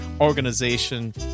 organization